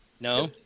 No